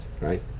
right